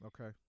Okay